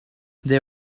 they